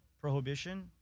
prohibition